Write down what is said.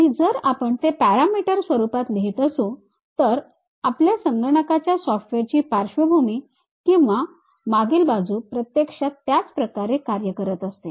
आणि जर आपण ते पॅरामीटर स्वरूपात लिहित असू तर आपल्या संगणकाच्या सॉफ्टवेअरची पार्श्वभूमी किंवा मागील बाजू प्रत्यक्षात त्याच प्रकारे कार्य करत असते